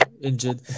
injured